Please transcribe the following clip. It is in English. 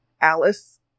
Alice